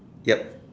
ya